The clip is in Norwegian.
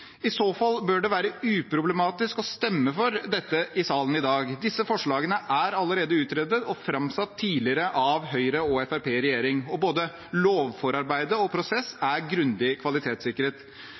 I så fall bør det være uproblematisk å stemme for dette i salen i dag. Disse forslagene er allerede utredet og framsatt tidligere av Høyre og Fremskrittspartiet i regjering, og både lovforarbeid og prosess